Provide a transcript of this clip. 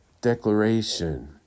Declaration